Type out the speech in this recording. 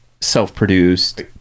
self-produced